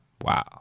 Wow